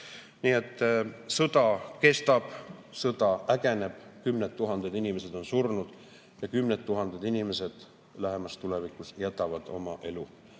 Nii et sõda kestab, sõda ägeneb, kümned tuhanded inimesed on surnud ja kümned tuhanded inimesed lähemas tulevikus jätavad oma elu.